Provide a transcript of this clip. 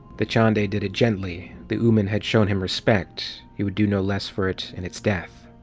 dachande did it gently the ooman had shown him respect. he would do no less for it in its death.